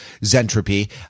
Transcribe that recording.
Zentropy